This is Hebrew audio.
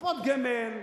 קופות גמל,